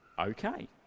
okay